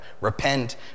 Repent